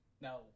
No